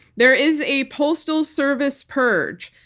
there is a postal service purge.